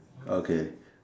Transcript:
okay